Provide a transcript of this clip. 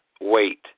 wait